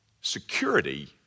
security